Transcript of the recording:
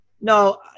No